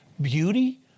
beauty